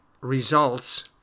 results